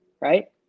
right